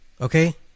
Okay